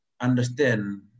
understand